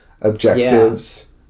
objectives